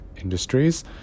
industries